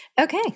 Okay